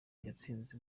yatsinze